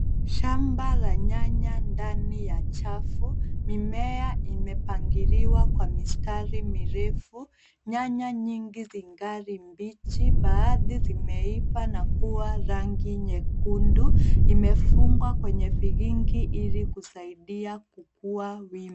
Shamba la nyanya ndani ya chafu. Mimea imepangiliwa kwa mistari mirefu. Nyanya nyingi zingali mbichi. Baadhi zimeiva na kuwa rangi nyekundu . Imefungwa kwenye vigingi ili kusaidia kukua wima.